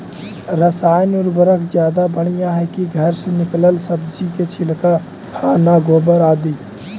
रासायन उर्वरक ज्यादा बढ़िया हैं कि घर से निकलल सब्जी के छिलका, खाना, गोबर, आदि?